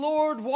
Lord